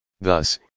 Thus